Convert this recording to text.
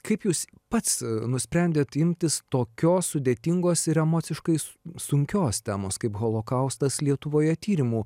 kaip jūs pats nusprendėt imtis tokios sudėtingos ir emociškai sunkios temos kaip holokaustas lietuvoje tyrimu